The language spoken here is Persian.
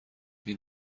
این